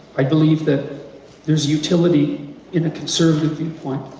i believe that there's utility in the conservative viewpoint,